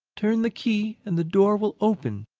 turn the key and the door will open,